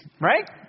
right